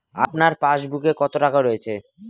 আপনার পাসবুকে কত টাকা রয়েছে?